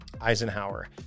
Eisenhower